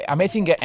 Amazing